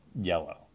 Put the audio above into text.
yellow